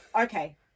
okay